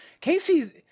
Casey's